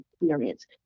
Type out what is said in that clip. experience